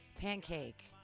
Pancake